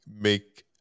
make